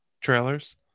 Trailers